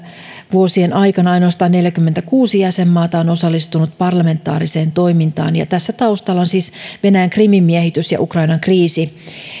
vuosien aikana ainoastaan neljäkymmentäkuusi jäsenmaata on osallistunut parlamentaariseen toimintaan ja tässä taustalla on siis venäjän krimin miehitys ja ukrainan kriisi